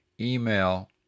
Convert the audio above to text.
email